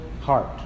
heart